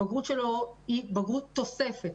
הבגרות שלו היא בגרות תוספת,